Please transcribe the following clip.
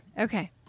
Okay